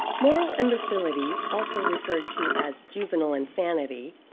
moral imbecility, also referred to as juvenile insanity,